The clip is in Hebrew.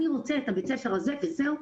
אני רוצה את בית הספר הזה וזהו,